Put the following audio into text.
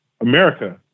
America